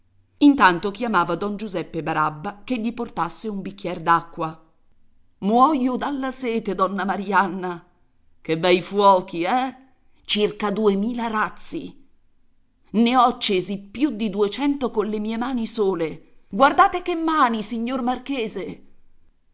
intanto chiamava don giuseppe barabba che gli portasse un bicchier d'acqua muoio dalla sete donna marianna che bei fuochi eh circa duemila razzi ne ho accesi più di duecento con le mie mani sole guardate che mani signor marchese